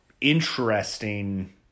interesting